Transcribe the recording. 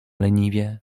leniwie